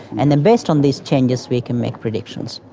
and then based on these changes we can make predictions.